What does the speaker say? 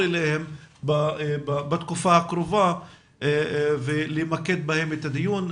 לכמה מהנושאים שעלו בדיון ולמקד בהם את הדיון.